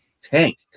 tank